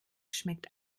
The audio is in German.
schmeckt